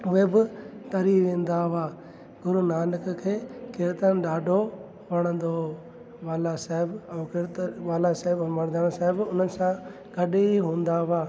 उहे ब तरी वेंदा हुआ गुरू नानक खे किर्तन ॾाढो वणंदो हुओ बाला साहेब ऐं किर्त बाला साहेब ऐं मर्दाना साहिबु हुननि सां गॾ ई हूंदा हुआ